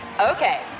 Okay